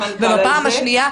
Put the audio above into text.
ובפעם השנייה,